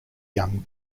young